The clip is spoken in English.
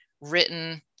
written